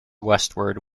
westward